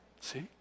See